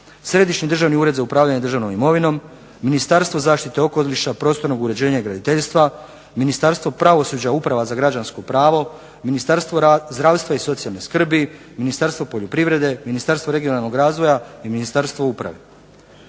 Središnji državni ured za upravljanje državnom imovinom, Ministarstvo zašite okoliša, prostornog uređenja i graditeljstva, Ministarstvo pravosuđe, Uprava za građansko pravo, Ministarstvo zdravstva i socijalne skrbi, Ministarstvo poljoprivrede, Ministarstvo regionalnog razvoja i Ministarstvo uprave.